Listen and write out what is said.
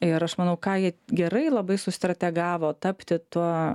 ir aš manau ką jie gerai labai sustrategavo tapti tuo